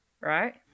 right